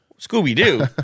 Scooby-Doo